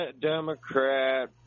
Democrat